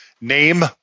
name